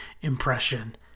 impression